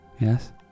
Yes